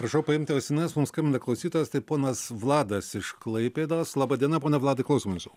prašau paimti ausines mums skambina klausytojas tai ponas vladas iš klaipėdos laba diena pone vladai klausom jūsų